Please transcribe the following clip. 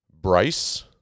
Bryce